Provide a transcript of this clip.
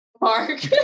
Mark